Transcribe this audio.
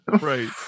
Right